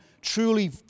truly